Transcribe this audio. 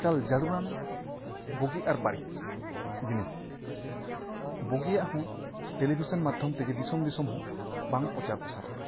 ᱮᱠᱟᱞ ᱡᱟᱹᱨᱩᱲᱟᱱ ᱵᱩᱜᱤ ᱟᱨ ᱵᱟᱹᱲᱤᱡ ᱡᱤᱱᱤᱥ ᱵᱩᱜᱤᱭᱟᱜ ᱦᱚᱸ ᱴᱮᱞᱤᱵᱷᱤᱥᱚᱱ ᱢᱟᱫᱽᱫᱷᱭᱚᱢ ᱛᱮᱜᱮ ᱫᱤᱥᱚᱢ ᱫᱤᱥᱚᱢ ᱦᱚᱸ ᱵᱟᱝ ᱯᱚᱪᱟᱨ ᱯᱟᱨᱪᱟᱨᱟᱜ ᱠᱟᱱᱟ